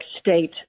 State